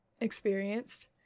experienced